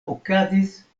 okazis